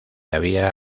había